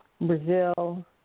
Brazil